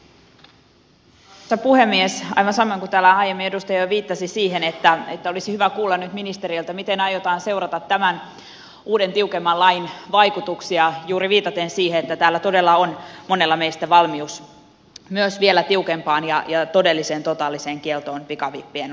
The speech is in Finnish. aivan samoin kuin täällä aiemmin edustaja jo viittasi olisi hyvä kuulla nyt ministeriltä miten aiotaan seurata tämän uuden tiukemman lain vaikutuksia juuri viitaten siihen että täällä todella on monella meistä valmius myös vielä tiukempaan ja todelliseen totaaliseen kieltoon pikavippien osalta